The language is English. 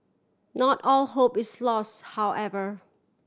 not all hope is lost however